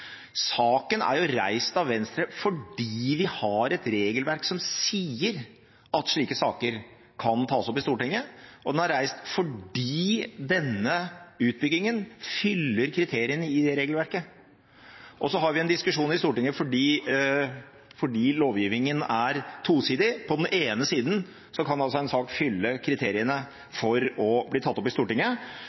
Saken er reist av Venstre fordi vi har et regelverk som sier at slike saker kan tas opp i Stortinget, og den er reist fordi denne utbyggingen fyller kriteriene i dette regelverket. Så har vi en diskusjon i Stortinget fordi lovgivningen er tosidig. På den ene siden kan en sak oppfylle kriteriene for å bli tatt opp i Stortinget.